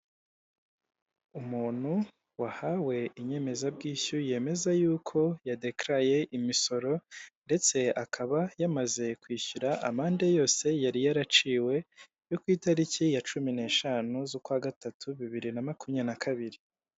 Umuntu wahawe inyemezabwishyu yemeza yuko yadekaraye imisoro ndetse akaba yamaze kwishyura amande yose yari yaraciwe yo ku itariki ya cumi n'eshanu z'ukwagatatu bibiri na makumyabiri na kakabiri.